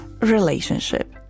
relationship